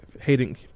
hating